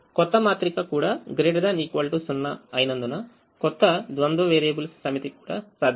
క్రొత్త మాత్రిక కూడా ≥ 0 అయినందున కొత్త ద్వంద్వ వేరియబుల్స్ సమితి కూడా సాధ్యమే